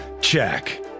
Check